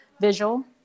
visual